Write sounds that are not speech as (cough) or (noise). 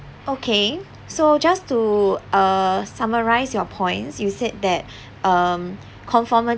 okay so just to uh summarise your points you said that (breath) um conformity